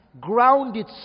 Grounded